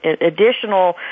additional